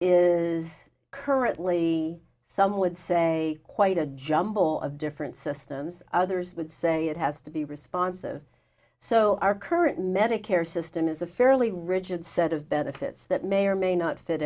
is currently some would say quite a jumble of different systems others would say it has to be responsive so our current medicare system is a fairly rigid set of benefits that may or may not fit